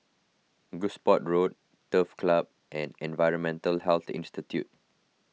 Gosport Road Turf Club and Environmental Health Institute